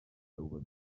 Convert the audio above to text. over